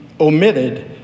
omitted